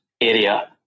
area